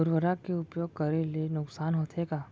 उर्वरक के उपयोग करे ले नुकसान होथे का?